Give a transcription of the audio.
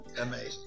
amazing